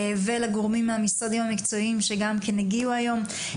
ולגורמים המשרדיים המקצועיים שגם כן הגיעו היום.